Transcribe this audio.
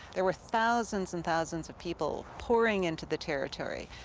there were thousands and thousands of people pouring into the territory.